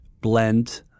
blend